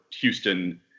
Houston